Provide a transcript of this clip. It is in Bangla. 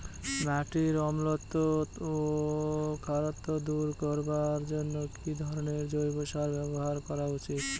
মাটির অম্লত্ব ও খারত্ব দূর করবার জন্য কি ধরণের জৈব সার ব্যাবহার করা উচিৎ?